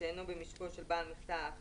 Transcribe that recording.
ושאינו במשקו של בעל מכסה אחר,